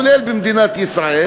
כולל במדינת ישראל.